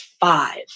five